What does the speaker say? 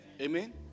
Amen